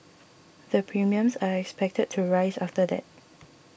the premiums are expected to rise after that